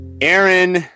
Aaron